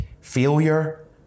failure